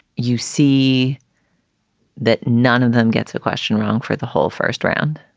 you see that none of them gets a question wrong for the whole first round.